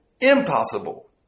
impossible